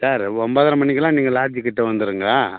sir ஒம்பதரை மணிக்குலாம் நீங்கள் லாட்ஜுக்கிட்ட வந்துருங்க